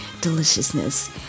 deliciousness